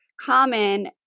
common